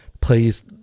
please